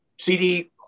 CD